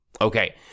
Okay